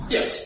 Yes